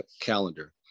calendar